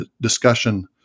discussion